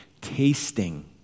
tasting